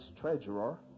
treasurer